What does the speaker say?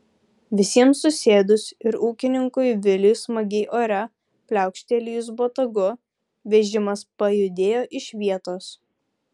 visiems susėdus ir ūkininkui viliui smagiai ore pliaukštelėjus botagu vežimas pajudėjo iš vietos